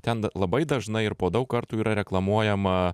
ten labai dažnai ir po daug kartų yra reklamuojama